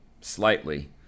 slightly